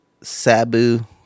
Sabu